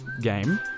game